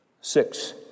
Six